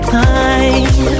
time